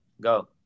Go